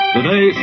Today